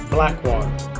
Blackwater